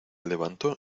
levantó